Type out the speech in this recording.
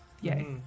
Yay